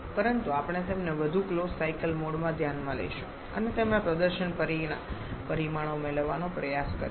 પરંતુ આપણે તેમને વધુ ક્લોઝ સાયકલ મોડમાં ધ્યાનમાં લઈશું અને તેમના પ્રદર્શન પરિમાણો મેળવવાનો પ્રયાસ કરીશું